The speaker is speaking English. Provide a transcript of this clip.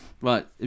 Right